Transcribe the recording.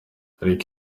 ariko